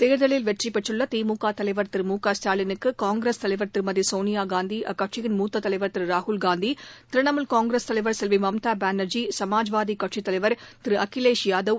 தேர்தலில் வெற்றி பெற்றுள்ள திமுக தலைவர் திரு மு க ஸ்டாலினுக்கு காங்கிரஸ் தலைவர் திருமதி சோனியா காந்தி அக்கட்சியின் மூத்ததலைவர் திரு ராகுல் காந்தி திரிணமுல் காங்கிரஸ் தலைவர் செல்வி மம்தா பானர்ஜி சமாஜ்வாதி கட்சித் தலைவர் திரு அகிலேஷ் யாதவ்